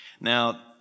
now